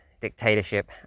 dictatorship